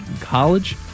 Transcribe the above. college